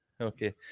Okay